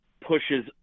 pushes